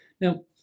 Now